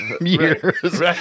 years